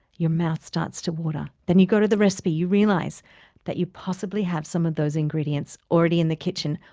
your mouth starts to water. then you go to the recipe and you realize that you possibly have some of those ingredients already in the kitchen,